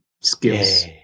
skills